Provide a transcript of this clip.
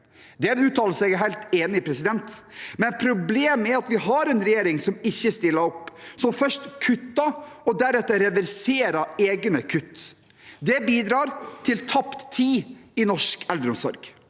en uttalelse jeg er helt enig i, men det er et problem at vi har en regjering som ikke stiller opp, som først kutter, og deretter reverserer egne kutt. Det bidrar til tapt tid i norsk eldreomsorg.